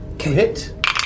Hit